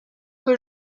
que